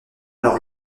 alors